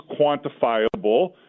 quantifiable